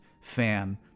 fan